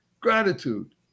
gratitude